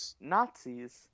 Nazis